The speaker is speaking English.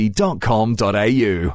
au